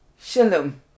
Shalom